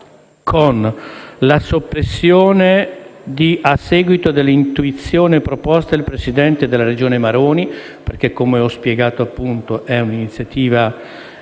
con la soppressione di «a seguito dell'intuizione e proposta del presidente della Regione Maroni» perché - come ho già spiegato - è un'iniziativa